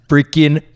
Freaking